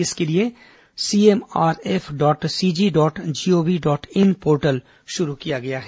इसके लिए CMRF dot CG dot gov dot in portal शुरू किया गया है